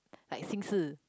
like 心事